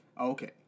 Okay